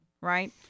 right